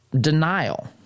denial